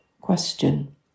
question